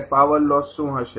અને power loss શું થશે